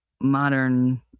modern